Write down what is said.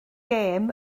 gêm